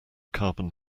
carbon